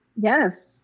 Yes